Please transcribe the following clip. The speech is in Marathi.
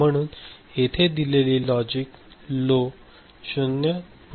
म्हणून येथे दिलेली लॉजिक लो 0